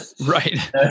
Right